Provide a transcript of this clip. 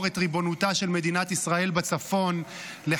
את ריבונותה של מדינת ישראל בצפון -- די,